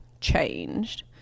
changed